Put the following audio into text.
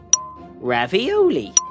Ravioli